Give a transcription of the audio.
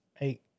eight